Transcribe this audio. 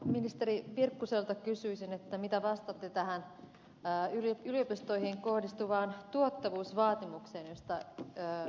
ministeri virkkuselta kysyisin mitä vastaatte tähän yliopistoihin kohdistuvaan tuottavuusvaatimukseen jos ta ed